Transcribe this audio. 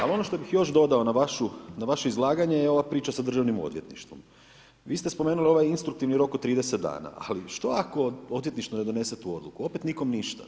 Ali ono što bih još dodao na vaše izlaganje je ova priča sa državnim odvjetništvom, svi ste spomenuli ovaj instruktivni rok od 30 dana, ali što ako se odvjetništvo ne donese tu odluku, opet nikom ništa.